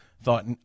thought